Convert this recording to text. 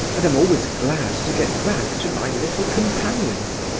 and am always glad to get back to my little companions.